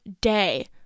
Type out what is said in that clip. day